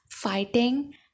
fighting